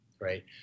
right